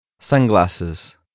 Sunglasses